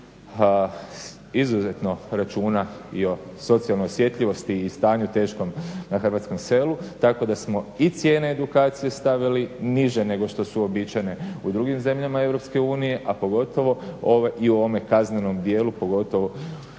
izuzetno računa i o socijalnoj osjetljivosti i stanju teškom na hrvatskom selu tako da smo i cijene edukacije stavili niže nego što su uobičajene u drugim zemljama EU, a pogotovo i u ovome kaznenom dijelu, pogotovo